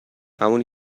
همونی